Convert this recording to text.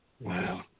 Wow